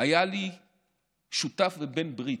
היה לי שותף ובן ברית,